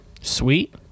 sweet